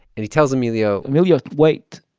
and he tells emilio. emilio, wait.